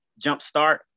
jumpstart